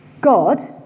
God